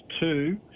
two